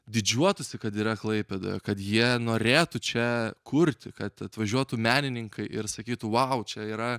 didžiuotųsi kad yra klaipėdoje kad jie norėtų čia kurti kad atvažiuotų menininkai ir sakytų vau čia yra